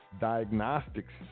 Diagnostics